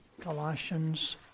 Colossians